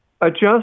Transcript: adjust